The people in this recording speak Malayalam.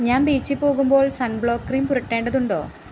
ഞാൻ ബീച്ചിൽ പോകുമ്പോൾ സൺബ്ലോക്ക് ക്രീം പുരട്ടേണ്ടതുണ്ടോ